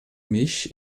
mich